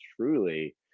truly